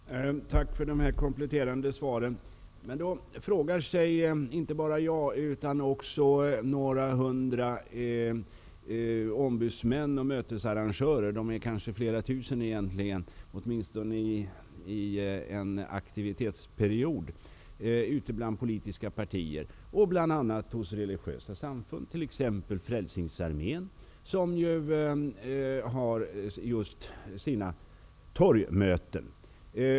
Herr talman! Tack för de kompletterande svaren. Men inte bara jag utan också några hundra ombudsmän och mötesarrangörer -- ja, egentligen är de kanske flera tusen, åtminstone under en aktivitetsperiod -- samt människor i de politiska partierna eller i religiösa samfund undrar över detta. T.ex. Frälsningsarmén har ju just torgmöten.